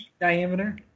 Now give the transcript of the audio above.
diameter